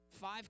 five